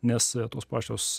nes tos pačios